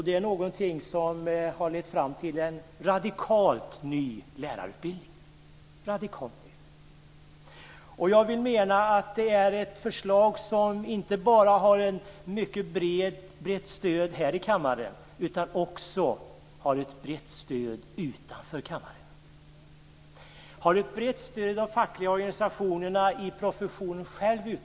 Det är någonting som har lett fram till en radikalt ny lärarutbildning. Jag vill mena att det är ett förslag som inte bara har ett mycket brett stöd här i kammaren, utan det har också ett brett stöd utanför kammaren. Det har ett brett stöd av de fackliga organisationerna när det gäller den här professionen.